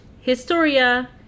Historia